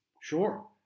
Sure